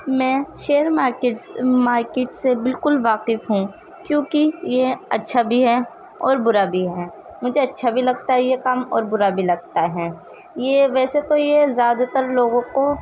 میں share market market سے بالکل واقف ہوں کیونکہ یہ اچّھا بھی ہے اور برا بھی ہے مجھے اچّھا بھی لگتا ہے یہ کام اور برا بھی لگتا ہے یہ ویسے تو یہ زیادہ تر لوگوں کو